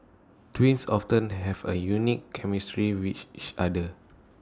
twins often have A unique chemistry with each other